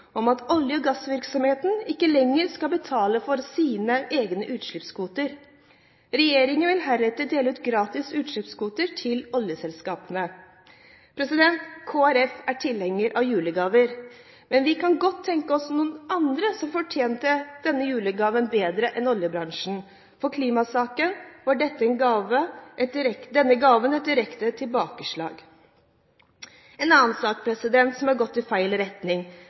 om at olje- og gassvirksomheten ikke lenger skal betale for sine egne utslippskvoter. Regjeringen vil heretter dele ut gratis utslippskvoter til oljeselskapene. Kristelig Folkeparti er tilhenger av julegaver, men vi kan godt tenke oss noen andre som fortjente denne julegaven bedre enn oljebransjen. For klimasaken var denne gaven et direkte tilbakeslag. En annen sak som har gått i helt feil retning,